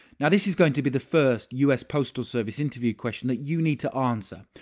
now, this is going to be the first u s. postal service interview question that you need to answer.